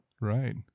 Right